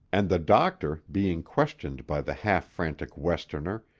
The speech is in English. and the doctor, being questioned by the half-frantic westerner,